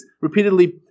repeatedly